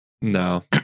No